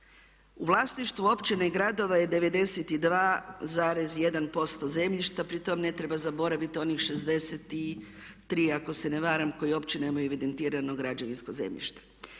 u vlasništvu općine i gradova je 92,1% zemljišta pri tome ne treba zaboraviti onih 63 ako se ne varam koji uopće nemaju evidentirano građevinsko zemljište.